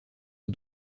eau